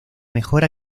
mejor